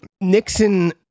Nixon